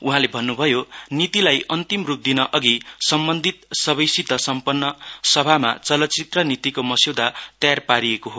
उहाँले भन्नुभयो नीतिलाई अन्तिम रुप चिन अघि सम्बन्धित सरोकारवालाहरुसित सम्पन्न सभामा चलचित्र नीतिको मस्यौदा तयार पारिएको हो